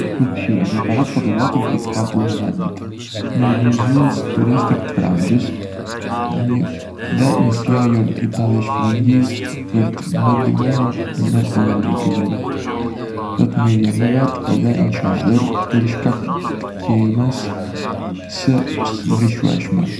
Do të përfshija një aparat fotografik për të kapur momentet, një udhëzues turistik të Francës, dhe një fjalor italisht-frëngjisht për të më ndihmuar në komunikim. Do të merrja me vete edhe një çadër, për shkak të klimës së ndryshueshme.